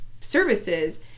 services